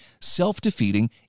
self-defeating